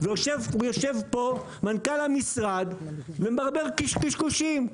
יושב פה מנכ"ל המשרד ומברבר קשקושים.